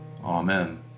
Amen